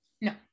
No